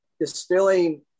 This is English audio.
distilling